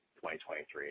2023